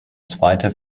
zweite